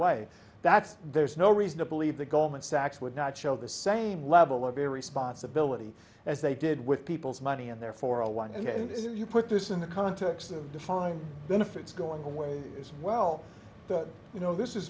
way that's there's no reason to believe that goldman sachs acts would not show the same level of a responsibility as they did with people's money and therefore a one if you put this in the context of defined benefits going away as well you know this is